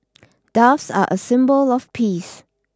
doves are a symbol of peace